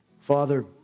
Father